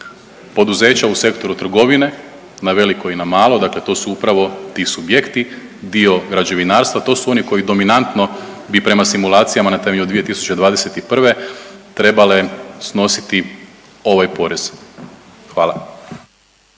poduzeća u sektoru trgovine na veliko i na malo. Dakle, to su upravo ti subjekti, dio građevinarstva. To su oni koji dominantno bi prema simulacijama na temelju 2021. trebale snositi ovaj porez. Hvala.